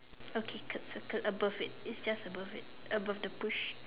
okay curve curve above it it's just above it above the push